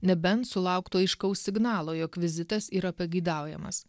nebent sulauktų aiškaus signalo jog vizitas yra pageidaujamas